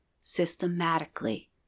systematically